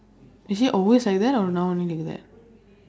is she always like that or now only like that